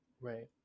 Right